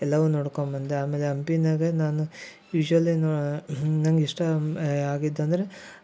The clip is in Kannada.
ಎಲ್ಲವ್ನೂ ನೋಡ್ಕೊಂಡ್ಬಂದೆ ಆಮೇಲೆ ಹಂಪಿನಾಗೆ ನಾನು ಯೂಶ್ವಲಿ ನೋಡಿ ನಂಗೆ ಇಷ್ಟ ಆಗಿದ್ದು ಅಂದರೆ